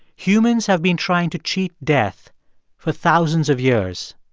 humans have been trying to cheat death for thousands of years.